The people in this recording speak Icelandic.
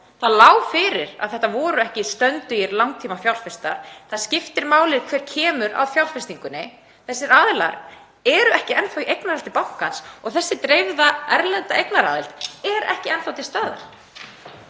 þá lá fyrir að þetta voru ekki stöndugir langtímafjárfestar. Það skiptir máli hver kemur að fjárfestingunni. Þessir aðilar eru ekki enn þá í eignarhaldi bankans og þessi dreifða erlenda eignaraðild er ekki enn þá til staðar.